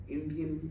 Indian